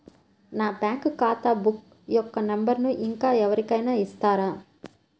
నా బ్యాంక్ ఖాతా బుక్ యొక్క నంబరును ఇంకా ఎవరి కైనా ఇస్తారా?